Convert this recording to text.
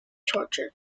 torture